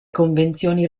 convenzioni